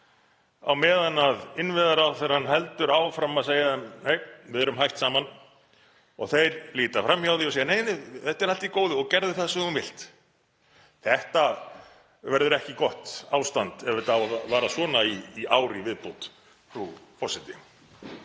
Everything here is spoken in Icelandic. á meðan innviðaráðherrann heldur áfram að segja: Nei, við erum hætt saman? Og þeir líta fram hjá því og segja: Nei, þetta er allt í góðu og gerðu það sem þú vilt. Þetta verður ekki gott ástand ef þetta á að vara svona í ár í viðbót, frú forseti.